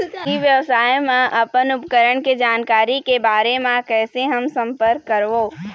ई व्यवसाय मा अपन उपकरण के जानकारी के बारे मा कैसे हम संपर्क करवो?